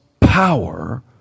power